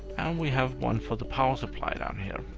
and we have one for the power supply down here,